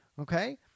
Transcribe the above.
Okay